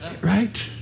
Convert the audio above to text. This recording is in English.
Right